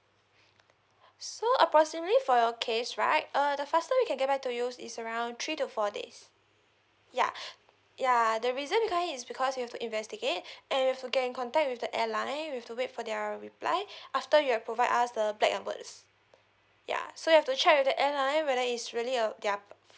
so approximately for your case right uh the faster we can get back to you is around three to four days ya ya the reason why is because we've to investigate and we've to get in contact with the airline we've to wait for their reply after you have provide us the black and white ya so have to check with the airline whether it's really uh their